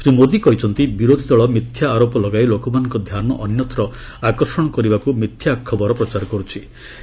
ଶ୍ରୀ ମୋଦି କହିଛନ୍ତି ବିରୋଧୀ ଦଳ ମିଥ୍ୟା ଆରୋପ ଲଗାଇ ଲୋକମାନଙ୍କ ଧ୍ୟାନ ଅନ୍ୟତ୍ର ଆକର୍ଷଣ କରିବାକୁ ମିଥ୍ୟା ଖବର ପ୍ରଚାର କର୍ତ୍ଥି